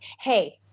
hey –